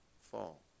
fall